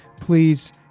please